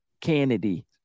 Kennedy